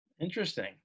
Interesting